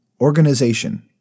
Organization